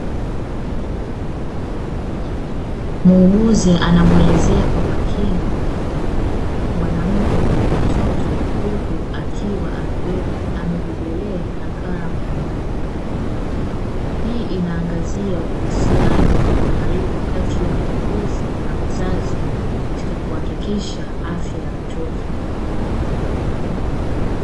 Muuguzi anamuelezea kwa makini mwanamke mwenye mtoto, huku akiwa amebebelea nakala mkononi. Hii inaangazia uhusiano wa karibu kati ya muuguzi na mzazi katika kuhakikisha afya ya mtoto.